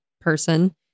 person